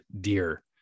dear